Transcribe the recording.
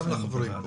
גם לחברים פה.